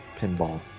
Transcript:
pinball